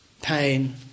pain